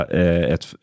ett